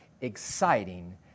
exciting